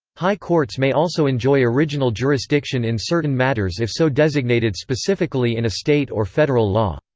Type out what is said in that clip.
high courts may also enjoy original jurisdiction in certain matters if so designated specifically in a state or federal law.